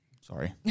Sorry